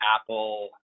Apple